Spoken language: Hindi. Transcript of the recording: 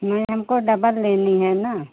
नहीं हमको डबल लेनी है न